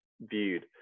viewed